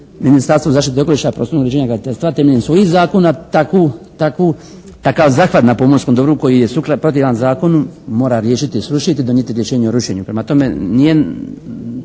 Ministarstvo zaštite okoliša, prostornog uređenja i graditeljstva temeljem svojih zakona takav zahvat na pomorskom dobru koji je protivan zakonu mora riješiti, srušiti, donijeti rješenje o rušenju. Prema tome, nije